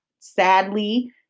sadly